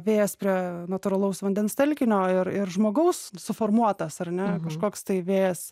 vėjas prie natūralaus vandens telkinio ir ir žmogaus suformuotas ar ne kažkoks tai vėjas